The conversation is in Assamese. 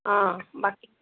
অ' বাকী